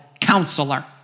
Counselor